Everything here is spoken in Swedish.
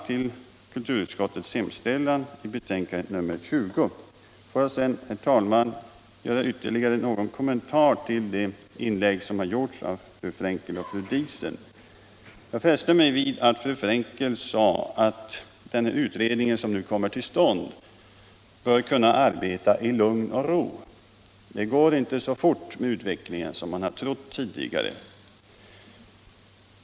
Tillåt mig sedan att också göra några kommentarer till de inlägg som här gjorts av fru Frenkel och fru Diesen. Jag fäste mig vid att fru Frenkel sade att den utredning som nu tillsätts bör kunna arbeta i lugn och ro; för utvecklingen går inte så fort som man tidigare trodde.